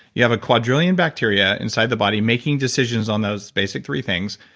you have a quadrillion bacteria inside the body making decisions on those basic three things,